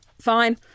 fine